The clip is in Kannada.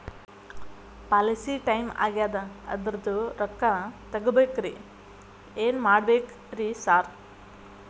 ಪಾಲಿಸಿ ಟೈಮ್ ಆಗ್ಯಾದ ಅದ್ರದು ರೊಕ್ಕ ತಗಬೇಕ್ರಿ ಏನ್ ಮಾಡ್ಬೇಕ್ ರಿ ಸಾರ್?